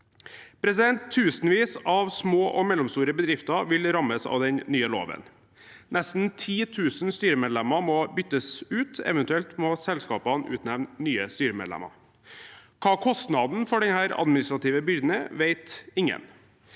Tusenvis av små og mellomstore bedrifter vil rammes av den nye loven. Nesten 10 000 styremedlemmer må byttes ut, eventuelt må selskapene utnevne nye styremedlemmer. Hva kostnaden for denne administrative byrden er, vet ingen.